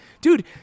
Dude